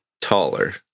taller